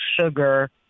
sugar